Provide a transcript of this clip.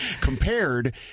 Compared